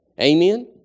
Amen